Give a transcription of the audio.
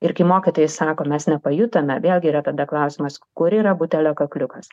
ir kai mokytojai sako mes nepajutome vėlgi yra tada klausimas kur yra butelio kakliukas